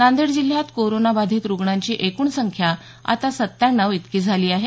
नांदेड जिल्ह्यात कोरोना बाधित रूग्णांची एकृण संख्या आता सत्त्याण्णव इतकी झाली आहे